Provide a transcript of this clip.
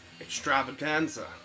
extravaganza